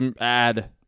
add